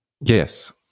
Yes